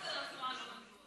תתייחס לנושא הקודם.